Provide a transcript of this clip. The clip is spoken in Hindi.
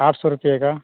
आठ सौ रूपये का